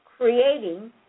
creating